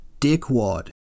dickwad